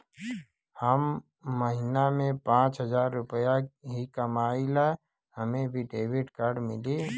हम महीना में पाँच हजार रुपया ही कमाई ला हमे भी डेबिट कार्ड मिली?